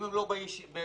אם הם לא באים במישרין,